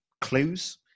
clues